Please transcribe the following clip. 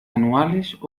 anuales